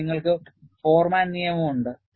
അപ്പോൾ നിങ്ങൾക്ക് ഫോർമാൻ നിയമം ഉണ്ട്